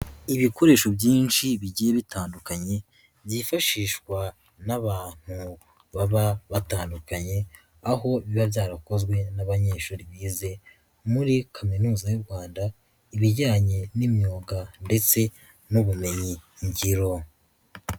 Ibikoresho byinshi bigiye bitandukanye byifashishwa n'abantu baba batandukanye, aho biba byarakozwe n'abanyeshuri bize muri Kaminuza y'u Rwanda, ibijyanye n'imyuga ndetse n'ubumenyingiro.